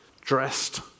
dressed